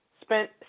spent